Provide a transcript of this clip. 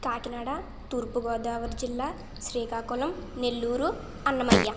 కాకినాడ తూర్పుగోదావరి జిల్లా శ్రీకాకుళం నెల్లూరు అన్నమయ్య